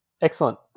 Excellent